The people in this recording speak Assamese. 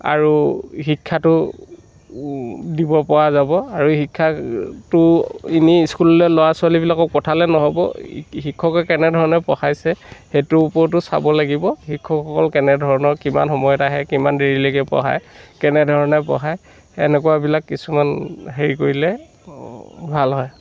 আৰু শিক্ষাটো দিব পৰা যাব আৰু শিক্ষাটো এনেই স্কুললৈ ল'ৰা ছোৱালীবিলাকক পঠালে নহ'ব শিক্ষকে কেনেধৰণে পঢ়াইছে সেইটোৰ ওপৰতো চাব লাগিব শিক্ষকসকল কেনেধৰণৰ কিমান সময়ত আহে কিমান দেৰিলৈকে পঢ়ায় কেনেধৰণে পঢ়ায় তেনেকুৱাবিলাক কিছুমান হেৰি কৰিলে ভাল হয়